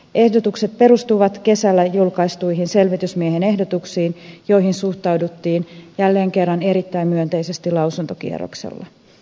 ehdotukset perustuvat kesällä julkaistuihin selvitysmiehen ehdotuksiin joihin suhtauduttiin jälleen kerran erittäin myönteisesti lausuntokierroksella